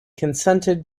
consented